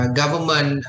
government